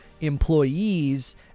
employees